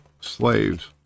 slaves